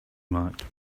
marked